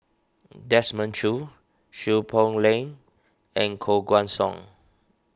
Desmond Choo Seow Poh Leng and Koh Guan Song